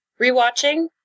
rewatching